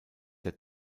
der